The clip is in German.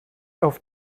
auf